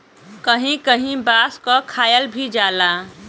कहीं कहीं बांस क खायल भी जाला